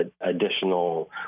additional